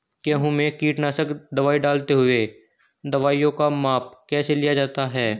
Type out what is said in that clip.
गेहूँ में कीटनाशक दवाई डालते हुऐ दवाईयों का माप कैसे लिया जाता है?